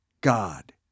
God